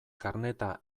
karneta